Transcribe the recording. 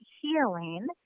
healing